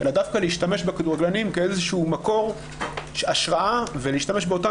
אלא דווקא להשתמש בכדורגלנים כאיזה שהוא מקור השראה ולהשתמש באותן